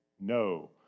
No